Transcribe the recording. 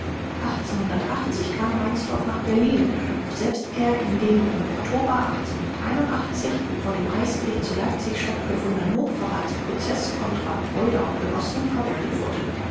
kam reinsdorf nach berlin woselbst er in den im oktober vor dem reichsgericht zu leipzig stattgefundenen hochverratsprozeß contra bräuder und genossen verwickelt wurde